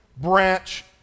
branch